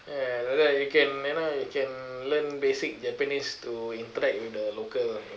ya like that you can you know you can learn basic japanese to interact with the local